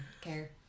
care